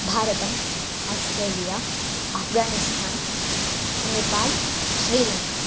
भारतम् आश्ट्रेलिया अफ़्गानिस्थान् नेपाल् श्रीलङ्का